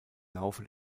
laufe